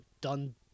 done